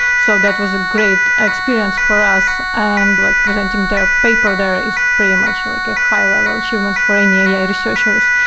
so that was a great experience for us and like presenting the paper there is pretty much like a high-level achievement for any ai researchers.